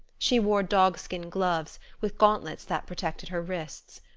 she wore dogskin gloves, with gauntlets that protected her wrists.